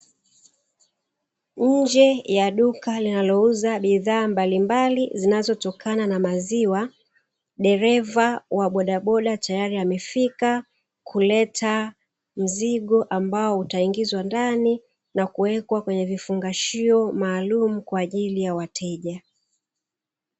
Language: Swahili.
Nje ya duka linalouza bidhaa mbalimbali zinazotokana na maziwa, dereva wa bodaboda tayari amefika kuleta mzigo ambao utaingizwa ndani, na kuwekwa kwenye vifungashio maalumu kwa ajili ya wateja.